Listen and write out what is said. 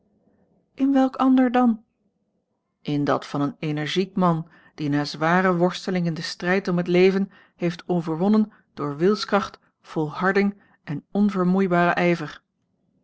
in welk ander dan in dat van een energiek man die na zware worsteling in den strijd om het leven heeft overwonnen door wilskracht volharding on onvermoeibaren ijver